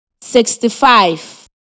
sixty-five